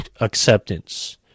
acceptance